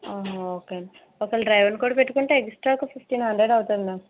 okay అండి ఒక వేళ డ్రైవర్ని కూడా పెట్టుకుంటే ఎక్స్టా ఫిఫ్టీన్ హండ్రెడ్ అవుతుంది మ్యామ్